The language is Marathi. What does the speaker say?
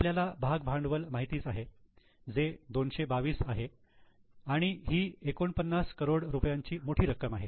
आपल्याला भाग भांडवल माहीतच आहे जे 222 आहे आणि ही 49000 करोड रुपयांची मोठी रक्कम आहे